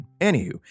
Anywho